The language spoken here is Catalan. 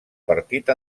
partit